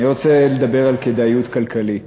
אני רוצה לדבר על כדאיות כלכלית